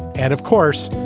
and of course,